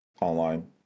online